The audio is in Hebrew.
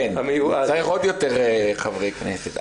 כי צריך עוד יותר חברי כנסת.